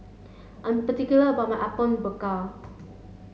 I'm particular about my Apom Berkuah